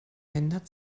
ändert